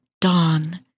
dawn